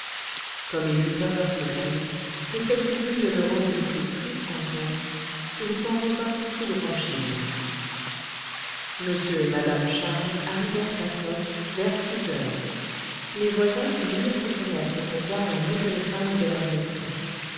comme il eut peur cependant que cette vue ne le rendît plus triste encore il s'en revint tout droit chez lui m et madame charles arrivèrent à tostes vers six heures les voisins se mirent aux fenêtres pour voir la nouvelle femme de leur médecin